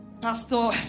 pastor